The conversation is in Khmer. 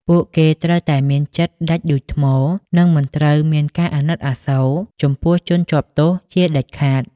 ពួកគេត្រូវតែមានចិត្តដាច់ដូចថ្ម និងមិនត្រូវមានការអាណិតអាសូរចំពោះជនជាប់ទោសជាដាច់ខាត។